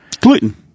Gluten